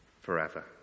forever